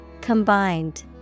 Combined